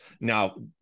Now